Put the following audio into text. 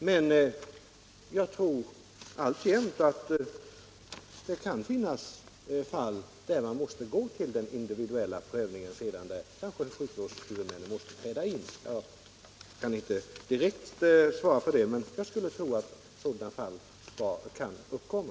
Men jag tror visst att det alltjämt kan finnas — 15 februari 1977 fall där man måste gå den individuella prövningens väg, alltså där